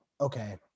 Okay